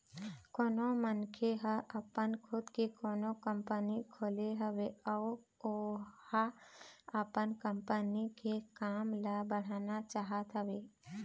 कोनो मनखे ह अपन खुद के कोनो कंपनी खोले हवय अउ ओहा अपन कंपनी के काम ल बढ़ाना चाहत हवय